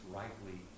rightly